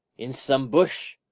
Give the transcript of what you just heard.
in some bush?